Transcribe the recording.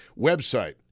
website